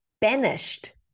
Banished